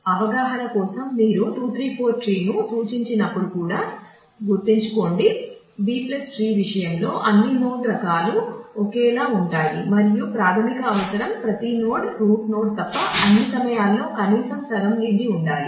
అవగాహన కోసం మీరు 2 3 4 ట్రీ ను సూచించినప్పుడు కూడా గుర్తుంచుకోండి B ట్రీ విషయంలో అన్ని నోడ్ రకాలు ఒకేలా ఉంటాయి మరియు ప్రాథమిక అవసరం ప్రతి నోడ్రూట్ నోడ్ తప్ప అన్ని సమయాలలో కనీసం సగం నిండి ఉండాలి